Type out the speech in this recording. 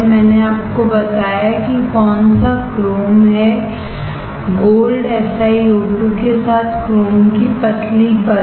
मैंने आपको बताया कि कौन सा क्रोम है गोल्ड SiO2 के साथ क्रोम की पतली परत